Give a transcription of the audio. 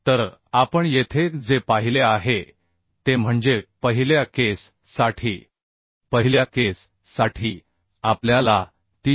तर आपण येथे जे पाहिले आहे ते म्हणजे पहिल्या केस साठी पहिल्या केस साठी आपल्याला 316